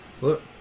look